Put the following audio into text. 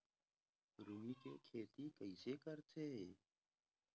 रुई के खेती कइसे करथे?